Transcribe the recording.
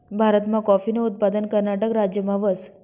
भारतमा काॅफीनं उत्पादन कर्नाटक राज्यमा व्हस